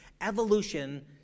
evolution